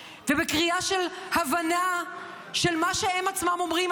וקריאה של הבנה של מה שהם עצמם אומרים,